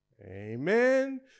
Amen